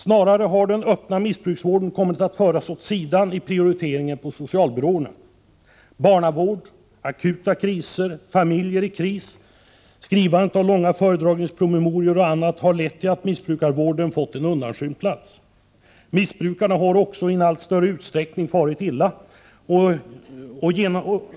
Snarare har den öppna missbrukarvården kommit att föras åt sidan i prioriteringen på socialbyråerna. Barnavård, akuta insatser, familjer i kris, skrivandet av långa föredragningspromemorior och annat har lett till att missbrukarvården fått en undanskymd plats. Missbrukarna har också i en allt större utsträckning farit illa,